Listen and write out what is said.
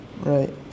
Right